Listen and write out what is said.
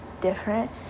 different